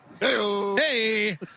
Hey